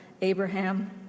Abraham